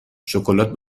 شکلات